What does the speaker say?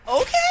Okay